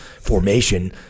formation